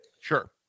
Sure